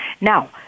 now